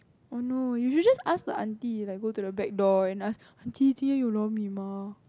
oh no you should just ask the auntie like go to the back door and ask auntie 今天有: jin tian you lor-mee mah